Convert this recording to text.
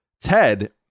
ted